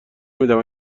نمیدهم